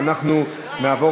אנחנו נעבור